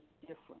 different